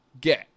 get